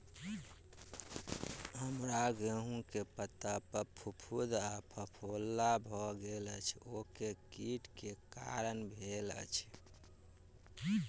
हम्मर गेंहूँ केँ पत्ता पर फफूंद आ फफोला भऽ गेल अछि, ओ केँ कीट केँ कारण भेल अछि?